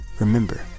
Remember